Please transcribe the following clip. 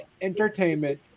entertainment